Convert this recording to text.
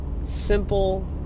simple